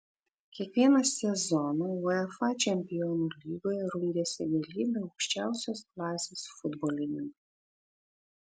kiekvieną sezoną uefa čempionų lygoje rungiasi galybė aukščiausios klasės futbolininkų